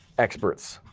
experts.